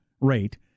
rate